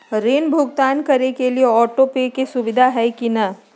ऋण भुगतान करे के लिए ऑटोपे के सुविधा है की न?